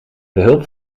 behulp